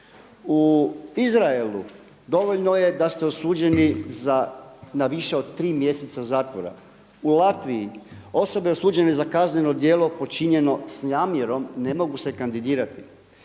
U Izraelu dovoljno je da ste osuđeni za, na više od 3 mjeseca zatvora. U Latviji osobe osuđene za kazneno djelo počinjeno sa namjerom ne mogu se kandidirati.